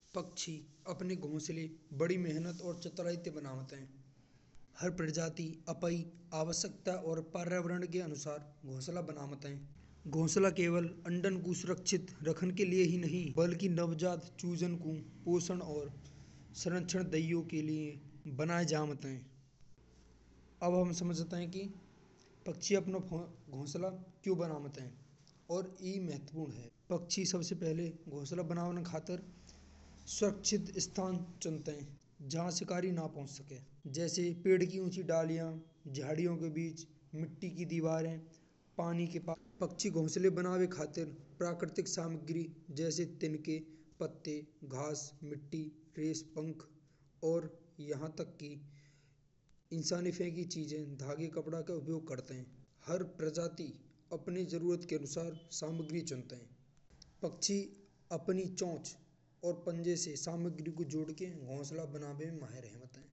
पक्षी अपने घोंसले बडी मेहनत और चतुराई के साथ बनावत है। हर प्रजाति अपनी आवश्यकता और प्रायावरण के अनुसार घोंसला बनातो है। घोंसला केवल अण्डन को सुरक्षित राखन के लिए ही नहीं बल्कि नवजात चूजन को पोषण और संरक्षण देयो के लिए बनायो जावत है। अब हम समझते है कि पक्षी अपना घोंसला क्यूं बनामत है। और एह महत्वपूर्ण है। पक्षी सबसे पहले घोंसला बनाये खातिर सुरक्षित स्थान चुंतें है। जहां शिकारी ना पहुच सके। जैसे पेड़ की ऊंचाई, ऊंची डालियां, झाड़ियों के बीच, मिट्टी की दीवारें, पानी के पास। पक्षी घोंसले बनावे खातिर उचित सामग्री जैसे तिनके, पत्ते, घास मिट्टी फेस, पंख और यहाँ तक कि इंसानी फेंकी चीजें का कपड़ों का उपयोग करते है। हर प्रजाति अपने जरुरत के अनुसार सामग्री चुनते है। पक्षी अपनी चोंच और पंजे से घोंसले बनावे में माहिर होत है।